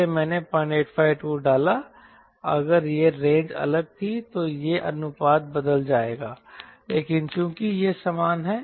इसलिए मैंने 0852 डाला अगर यह रेंज अलग थी तो यह अनुपात बदल जाएगा लेकिन चूंकि वे समान हैं